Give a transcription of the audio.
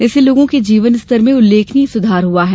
इससे लोगों के जीवन स्तर में उल्लेखनीय सुधार हुआ है